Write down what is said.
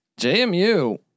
JMU